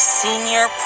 senior